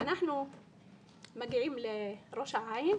אנחנו מגיעים לראש העין,